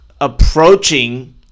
Approaching